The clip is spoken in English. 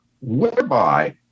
whereby